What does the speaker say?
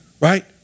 Right